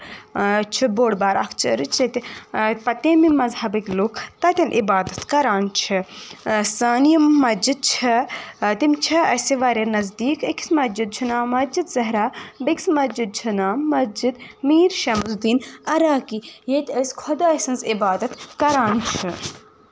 چُھ بوٚڑ بارٕ اکھ چٔرٕچ ییٚتہِ پہ تیٚمہِ مذہبٔکۍ لُکھ تَتین عِبادَت کران چھ سٲنۍ یِم مسجد چھےٚ تِم چھےٚ اَسہِ واریاہ نزدیٖک أکِس مسجد چھ ناو مسجد زیٚہرا بیٚیہِ کِس مسجد چھ ناو مسجد میٖر شمس الدیٖن اراقی ییٚتۍ أسۍ خدا سٕنٛز عبادت کران چھ